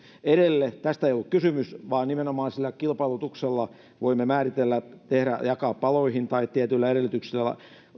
edelle tästä ei ollut kysymys vaan nimenomaan sillä kilpailutuksella voimme sen määritellä tehdä jakaa paloihin tai tietyillä edellytyksillä